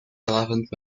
eleventh